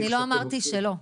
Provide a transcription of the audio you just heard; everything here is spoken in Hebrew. אני לא אמרתי שלא.